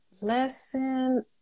lesson